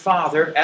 Father